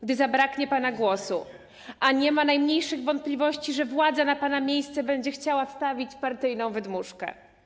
gdy zabraknie pana głosu, a nie ma najmniejszych wątpliwości, że władza na pana miejsce będzie chciała wstawić partyjną wydmuszkę.